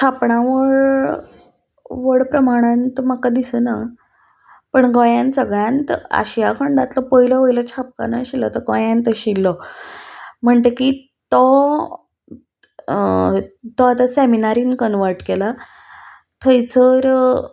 छापणावळ व्हड प्रमाणान म्हाका दिसना पण गोंयान सगळ्यांत आशिया खंडांतलो पयलो वयलो छापखानो आशिल्लो तो गोंयांत आशिल्लो म्हणटकी तो तो आतां सेमिनारीन कन्वर्ट केला थंयसर